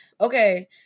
Okay